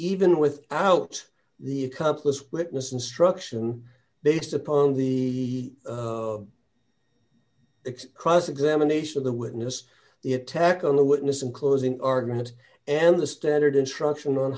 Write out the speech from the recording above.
even without the compass witness instruction based upon the cross examination of the witness the attack on the witness in closing argument and the standard instruction on